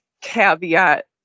caveat